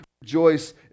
rejoice